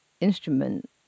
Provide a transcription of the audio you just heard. instrument